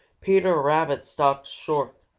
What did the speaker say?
peter rabbit stopped short.